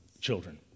children